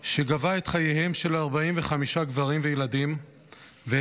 שגבה את חייהם של 45 גברים וילדים והביא